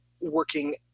working